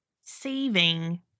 saving